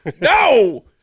No